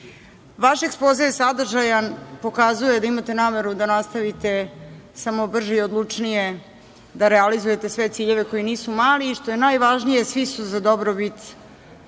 ekspoze je sadržajan, pokazuje da imate nameru da nastavite samo brže i odlučnije, da realizujete sve ciljeve koji nisu mali i što je najvažnije svi su za dobrobit